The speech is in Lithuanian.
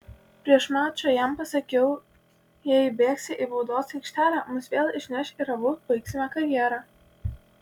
prieš mačą jam pasakiau jei įbėgsi į baudos aikštelę mus vėl išneš ir abu baigsime karjerą